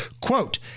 Quote